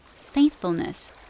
faithfulness